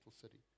city